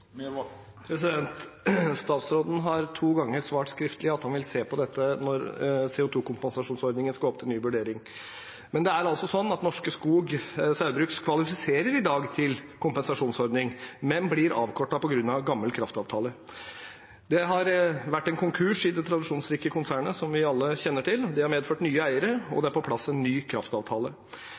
Statsråden har to ganger svart skriftlig at han vil se på dette når CO 2 -kompensasjonsordningen skal opp til ny vurdering. Men det er altså sånn at Norske Skog Saugbrugs kvalifiserer til en kompensasjonsordning i dag, men får avkorting på grunn av en gammel kraftavtale. Det har vært en konkurs i det tradisjonsrike konsernet, som vi alle kjenner til. Det har medført nye eiere, og en ny kraftavtale er på plass. En